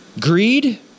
Greed